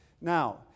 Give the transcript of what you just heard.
Now